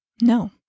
No